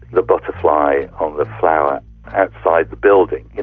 the butterfly on the flower outside the building.